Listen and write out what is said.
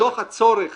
מתוך הצורך